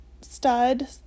stud